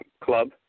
club